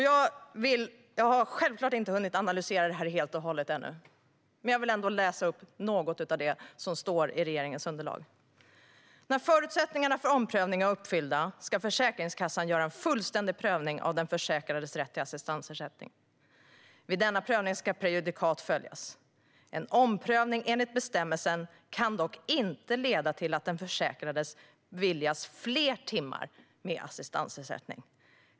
Jag har självklart inte hunnit analysera det här helt och hållet ännu, men jag vill ändå läsa upp något av det som står i regeringens förslag: "När förutsättningarna för omprövning är uppfyllda, ska Försäkringskassan göra en fullständig prövning av den försäkrades rätt till assistansersättning. Vid denna prövning ska prejudikat följas. En omprövning enligt bestämmelsen kan dock inte leda till att den försäkrade beviljas fler timmar med assistansersättning.